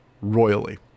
royally